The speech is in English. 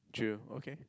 true okay